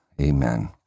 amen